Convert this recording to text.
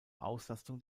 auslastung